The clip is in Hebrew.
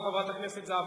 חברת הכנסת זהבה גלאון.